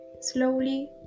slowly